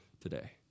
today